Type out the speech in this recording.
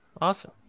Awesome